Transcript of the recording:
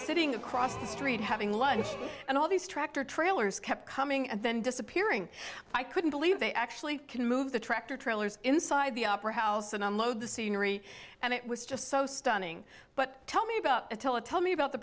sitting across the street having lunch and all these tractor trailers kept coming and then disappearing i couldn't believe they actually can move the tractor trailers inside the opera house and unload the scenery and it was just so stunning but tell me about it tell it tell me about the